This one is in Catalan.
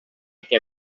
què